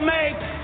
make